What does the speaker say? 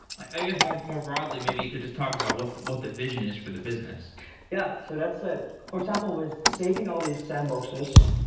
i guess more more broadly, maybe you could just talk about what what the vision is for the business yeah. so ah for example, with saving all these sandboxes,